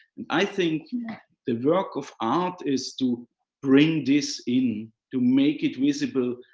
and i think the work of art is to bring this in, to make it visible,